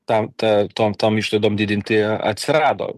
tam ta tom tom išlaidom didinti atsirado